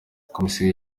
komisiyo